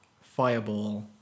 Fireball